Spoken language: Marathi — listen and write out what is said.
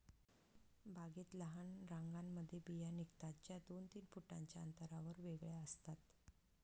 बागेत लहान रांगांमध्ये बिया निघतात, ज्या दोन तीन फुटांच्या अंतरावर वेगळ्या असतात